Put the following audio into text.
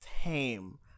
tame